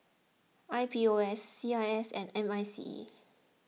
I P O S C I S and M I C E